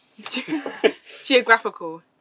Geographical